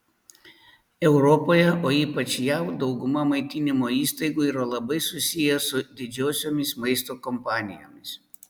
europoje o ypač jav dauguma maitinimo įstaigų yra labai susiję su didžiosiomis maisto kompanijomis